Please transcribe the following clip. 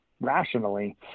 rationally